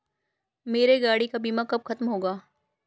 मेरे गाड़ी का बीमा कब खत्म होगा?